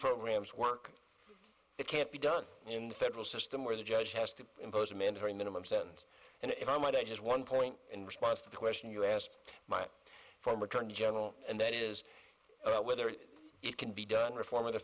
programs work it can't be done in the federal system where the judge has to impose a mandatory minimum sentence and if i might add just one point in response to the question you asked my former attorney general and that is whether it can be done reform of the